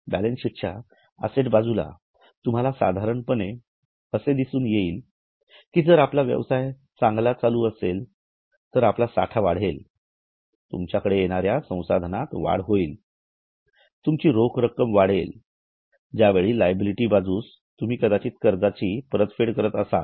balance sheet च्या assets बाजूस तुम्हाला साधारणपणे असे दिसून येईल कि जर आपला व्यवसाय चांगला चालू असेल तर आपला साठा वाढेल तुमच्याकडे येणाऱ्या संसाधनात वाढ होईल तुमची रोख रक्कम वाढेल याचवेळी लिएबिलिटी बाजूस तुम्ही कदाचित कर्जाची परतफेड करत असाल